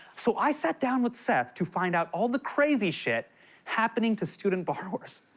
so i sat down with seth to find out all the crazy shit happening to student borrowers.